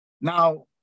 Now